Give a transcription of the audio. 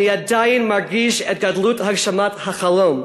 אני עדיין מרגיש את גדלות הגשמת החלום,